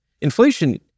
inflation